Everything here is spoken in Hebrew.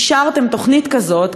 אישרתם תוכנית כזאת,